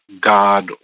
god